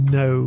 no